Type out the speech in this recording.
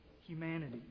humanity